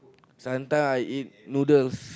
sometime I eat noodles